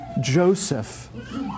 Joseph